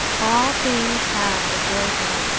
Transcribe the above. all things have the joyful,